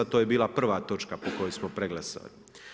To je bila prva točka po kojoj smo preglasani.